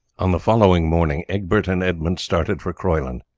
on the following morning egbert and edmund started for croyland.